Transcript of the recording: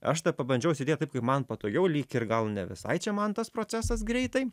aš tai pabandžiau sėdėt taip kaip man patogiau lyg ir gal ne visai čia man tas procesas greitai